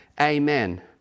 Amen